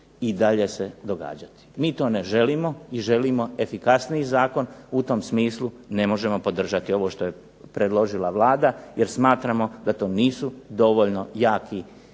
i dalje događati. MI to ne želimo, mi želimo efikasniji Zakon, u tom smislu ne možemo podržati ovo što je predložila Vlada jer smatramo da to nisu dovoljno jake